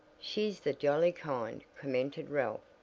she's the jolly kind, commented ralph,